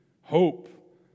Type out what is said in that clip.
hope